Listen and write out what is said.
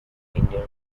indian